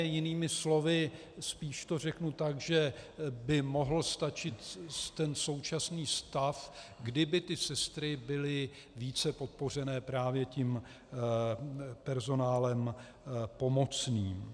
Jinými slovy, spíš to řeknu tak, by mohl stačit současný stav, kdyby sestry byly více podpořené právě tím personálem pomocným.